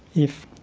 if